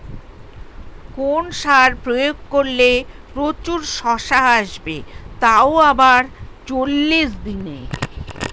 কোন সার প্রয়োগ করলে প্রচুর শশা আসবে তাও আবার চল্লিশ দিনে?